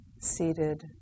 seated